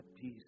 peace